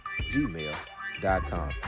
gmail.com